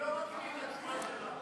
אני לא מקריא את התשובה שלה.